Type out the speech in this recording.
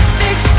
fix